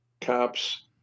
cops